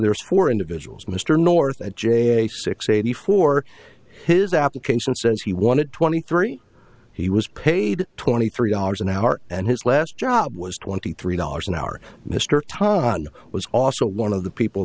there was four individuals mr north at j f k six eighty four his application says he wanted twenty three he was paid twenty three dollars an hour and his last job was twenty three dollars an hour mr tata was also one of the people